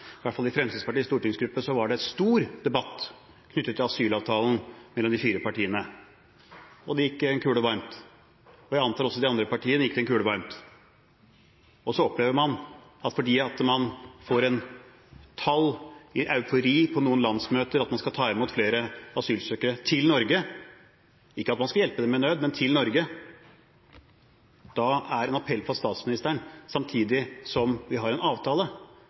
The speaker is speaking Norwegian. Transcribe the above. hvert fall i Fremskrittspartiets stortingsgruppe var det en stor debatt knyttet til asylavtalen mellom de fire partiene, og det gikk en kule varmt, og jeg antar at også i de andre partiene gikk det en kule varmt. Og så opplever man, fordi man får et tall i eufori på noen landsmøter, at man skal ta imot flere asylsøkere til Norge – ikke at man skal hjelpe dem i nød, men til Norge. Da er det en appell fra statsministeren, samtidig som vi har en avtale.